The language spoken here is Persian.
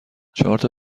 چهارتا